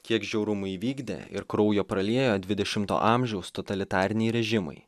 kiek žiaurumų įvykdė ir kraujo praliejo dvidešimto amžiaus totalitariniai režimai